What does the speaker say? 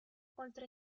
oltre